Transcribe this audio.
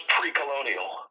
pre-colonial